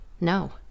no